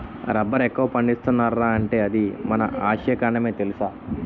రబ్బరెక్కడ ఎక్కువ పండిస్తున్నార్రా అంటే అది మన ఆసియా ఖండమే తెలుసా?